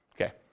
Okay